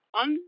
On